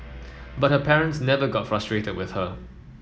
but her parents never got frustrated with her